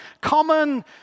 common